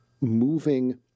moving